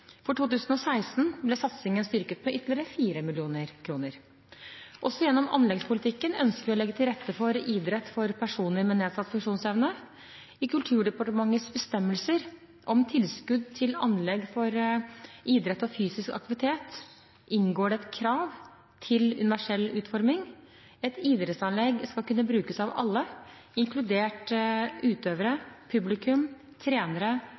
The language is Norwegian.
For 2016 ble satsingen styrket med ytterligere 4 mill. kr. Også gjennom anleggspolitikken ønsker vi å legge til rette for idrett for personer med nedsatt funksjonsevne. I Kulturdepartementets bestemmelser om tilskudd til anlegg for idrett og fysisk aktivitet inngår det krav til universell utforming. Et idrettsanlegg skal kunne brukes av alle, inkludert utøvere, publikum, trenere